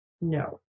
No